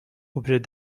objet